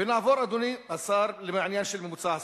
אדוני השר, נעבור לעניין ממוצע השכר.